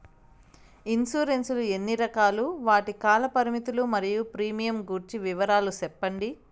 Insurance లు ఎన్ని రకాలు? వాటి కాల పరిమితులు మరియు ప్రీమియం గురించి వివరాలు సెప్పండి?